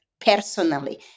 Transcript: personally